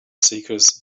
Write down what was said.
seekers